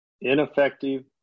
Ineffective